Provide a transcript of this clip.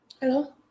hello